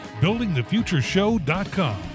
buildingthefutureshow.com